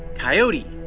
coyote,